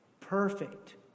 perfect